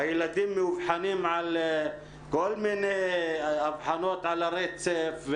הילדים מאובחנים על כל מיני אבחנות על הרצף,